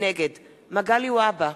נגד מגלי והבה,